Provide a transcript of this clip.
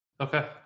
Okay